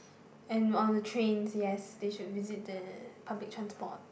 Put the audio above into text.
and oh the trains yes they should visit the public transport